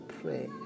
pray